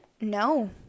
no